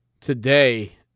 today